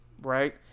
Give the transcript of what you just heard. Right